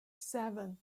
seven